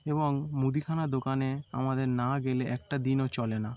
এবং মুদিখানা দোকানে আমাদের না গেলে একটা দিনও চলে না